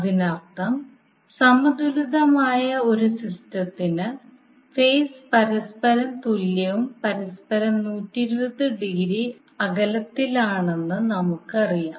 അതിനർത്ഥം സമതുലിതമായ ഒരു സിസ്റ്റത്തിന് ഫേസ് പരസ്പരം തുല്യവും പരസ്പരം 120 ഡിഗ്രി അകലത്തിലാണെന്ന് നമുക്കറിയാം